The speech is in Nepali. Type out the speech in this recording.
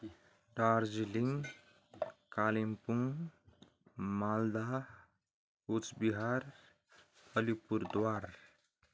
दार्जिलिङ कालिम्पोङ माल्दा कुचबिहार अलिपुरद्वार